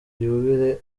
yubile